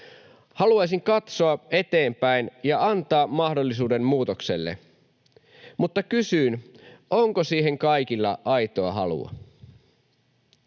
Haluaisin katsoa eteenpäin ja antaa mahdollisuuden muutokselle, mutta kysyn: onko siihen kaikilla aitoa halua?